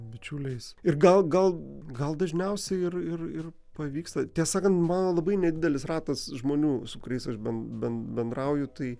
bičiuliais ir gal gal gal dažniausiai ir ir ir pavyksta tiesą sakant mano labai nedidelis ratas žmonių su kuriais aš ben ben bendrauju tai